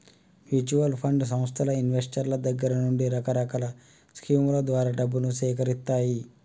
mutual fund సంస్థలు ఇన్వెస్టర్ల దగ్గర నుండి రకరకాల స్కీముల ద్వారా డబ్బును సేకరిత్తాయి